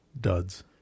duds